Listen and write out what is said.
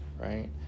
right